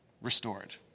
restored